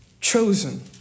chosen